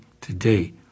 today